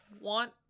want